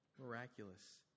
Miraculous